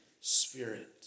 spirit